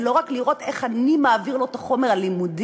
ולא רק לראות "איך אני מעביר לו את החומר הלימודי"